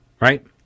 right